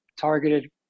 targeted